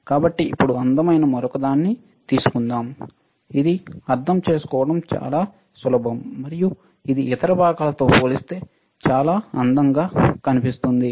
కాబట్టి ఇప్పుడు అందమైన మరొకదాన్ని తీసుకుందాం ఇది అర్థం చేసుకోవడం చాలా సులభం మరియు ఇది ఇతర భాగాలతో పోలిస్తే గా చాలా అందంగా కనిపిస్తుంది